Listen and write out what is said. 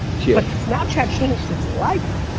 yeah snapchat changed his life.